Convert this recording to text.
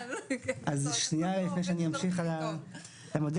--- (הצגת מצגת) לפני שאני אמשיך במודל,